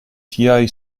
tiaj